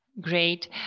Great